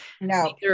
No